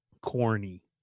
Corny